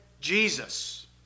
Jesus